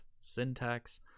syntax